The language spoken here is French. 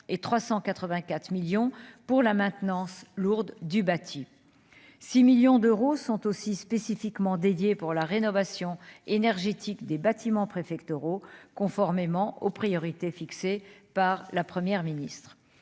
et 384 millions pour la maintenance lourde du bâti 6 millions d'euros sont aussi spécifiquement dédié pour la rénovation énergétique des bâtiments préfectoraux conformément aux priorités fixées par la première ministre,